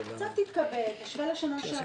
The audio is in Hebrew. תתכבד ותשווה לשנה שעברה,